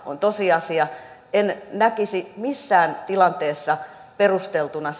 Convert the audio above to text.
on tosiasia en näkisi missään tilanteessa perusteltuina